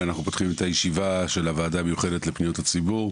אנחנו פותחים את הישיבה של הוועדה המיוחדת לפניות הציבור,